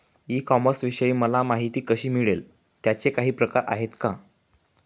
E कॉमर्सविषयी मला माहिती कशी मिळेल? त्याचे काही प्रकार आहेत का?